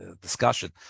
discussion